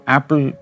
Apple